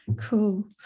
Cool